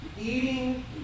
eating